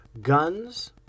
guns